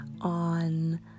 on